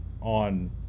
on